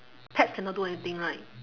pets cannot do anything right